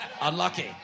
unlucky